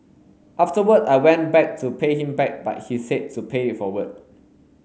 afterward I went back to pay him back but he said to pay it forward